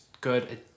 good